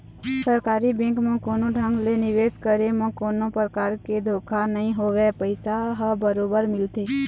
सरकारी बेंक म कोनो ढंग ले निवेश करे म कोनो परकार के धोखा नइ होवय पइसा ह बरोबर मिलथे